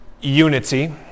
unity